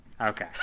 Okay